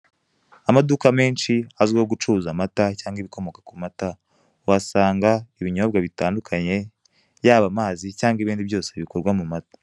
Amaduka menshi azwiho gucuruza amata, cyangwa ibikomoka ku mata uhasanga ibinyobwa bitandukanye yaba amazi, cyangwa ibindi byose bikorwa mu mata.